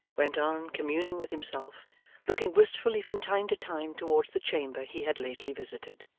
went on communing with himself looking wistfully from time to time towards the chamber he had lately visited.